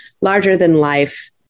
larger-than-life